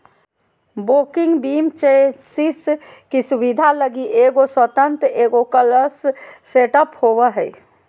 walking beam chassis की सुबिधा लगी एगो स्वतन्त्र एगोक्स्ल सेटअप होबो हइ